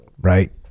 right